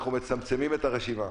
אנחנו מצמצמים את הרשימה,